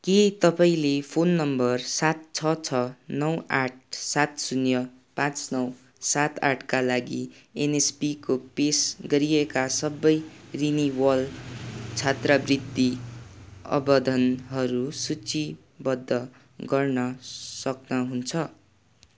के तपाईँले phone number सात छ छ नौ आठ सात शून्य पाँच नौ सात आठका लागि एनएसपीको पेस गरिएका सबै रिनिवल छात्रवृत्ति आवेदनहरू सूचीवद्ध गर्न सक्नहुन्छ